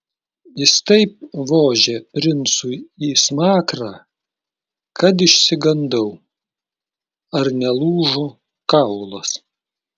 jis taip vožė princui į smakrą kad išsigandau ar nelūžo kaulas